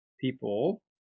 people